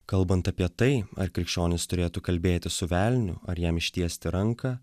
kalbant apie tai ar krikščionis turėtų kalbėtis su velniu ar jam ištiesti ranką